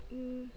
mm